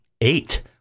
eight